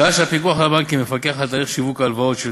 שעה שהפיקוח על הבנקים מפקח על תהליך שיווק הלוואות של